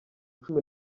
cumi